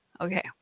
Okay